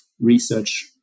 research